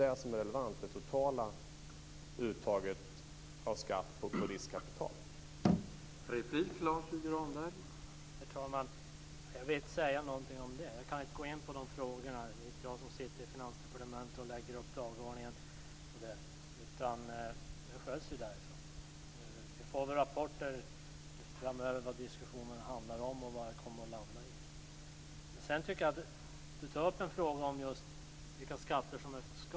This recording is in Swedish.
Det är ändå det totala uttaget av skatt på riskkapital som är det relevanta.